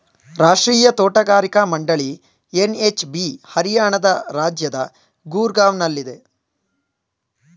ರಾಷ್ಟ್ರೀಯ ತೋಟಗಾರಿಕಾ ಮಂಡಳಿ ಎನ್.ಎಚ್.ಬಿ ಹರಿಯಾಣ ರಾಜ್ಯದ ಗೂರ್ಗಾವ್ನಲ್ಲಿದೆ